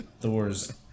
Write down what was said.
Thor's